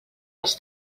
dels